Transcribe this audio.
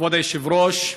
כבוד היושב-ראש,